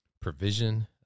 provision